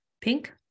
Pink